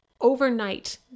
overnight